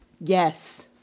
Yes